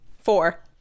Four